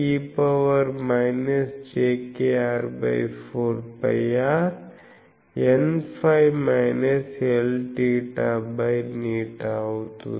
jkr4πrNφ Lθη అవుతుంది